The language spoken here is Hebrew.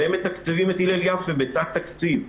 והם מתקצבים את הלל יפה בתת תקציב,